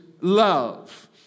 love